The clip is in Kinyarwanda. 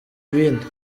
ibindi